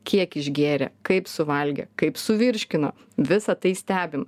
kiek išgėrė kaip suvalgė kaip suvirškino visą tai stebim